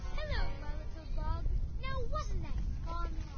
hello, my little bug. now wasn't that fun?